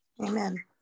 Amen